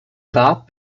grab